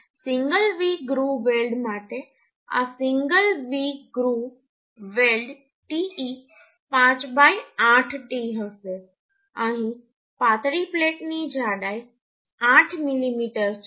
અને single V groove weld માટે આ single V groove weld te 58 t હશે અહીં પાતળી પ્લેટની જાડાઈ 8 મીમી છે